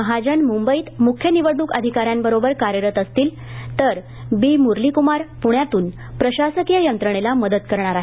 महाजन मुंबईत मुख्य निवडणूक अधिकाऱ्यांबरोबर कार्यरत असतील तर बी मुरलीकुमार पुण्यातून प्रशासकीय यंत्रणेला मदत करणार आहेत